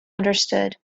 understood